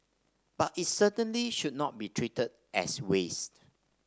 but it certainly should not be treated as waste